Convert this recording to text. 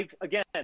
again